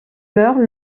meurt